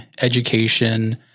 education